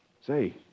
Say